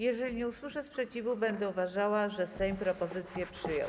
Jeżeli nie usłyszę sprzeciwu, będę uważała, że Sejm propozycję przyjął.